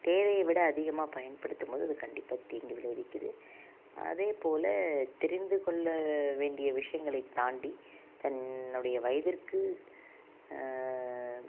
தேவையை விட அதிகமாக பயன்படுத்தும் போது அது கண்டிப்பாக தீங்கு விளைவிக்குது அதே போல தெரிந்துக்கொள்ள வேண்டிய விஷயங்களை தாண்டி தன்னுடைய வயதிற்கு